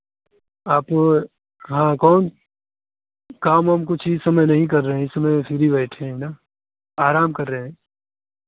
आप हाँ कौन काम वाम इस समय कुछ नहीं कर रहे इस समय फ्री बैठे हैं ना आराम कर रहे हैं